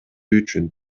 үчүн